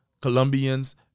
Colombians